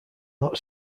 not